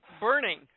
burning